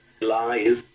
lies